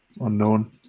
unknown